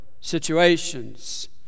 situations